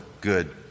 good